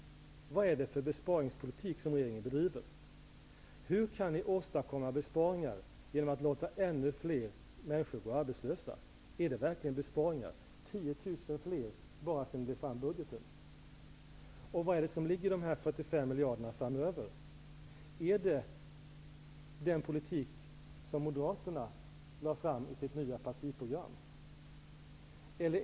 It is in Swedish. Vad är det för besparingspolitik som regeringen bedriver? Hur kan ni åstadkomma besparingar genom att låta ännu fler människor gå arbetslösa? Är det verkligen besparingar? Det är 10 000 fler arbetslösa enbart sedan budgeten kom. Vad är det som ligger i dessa 45 miljarder framöver? Är det den politik som Moderaterna lade fram i sitt nya partiprogram?